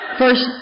First